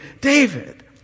David